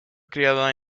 criada